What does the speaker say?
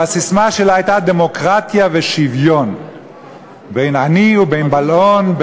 והססמה שלה הייתה: דמוקרטיה ושוויון בין עני ובין בעל הון,